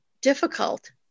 difficult